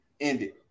ended